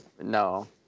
No